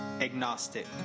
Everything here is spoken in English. agnostic